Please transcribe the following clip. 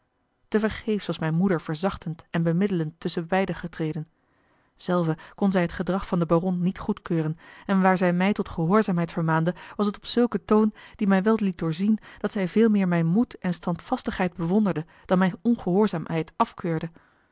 tevergeefs was mijne moeder verzachtend en bemiddelend tusschen beiden getreden zelve kon zij het gedrag van den baron niet goedkeuren en waar zij mij tot gehoorzaamheid vermaande was het op zulken toon die mij wel liet doorzien dat zij veel meer mijn moed en standvastigheid bewonderde dan mijne ongehoorzaamheid afkeurde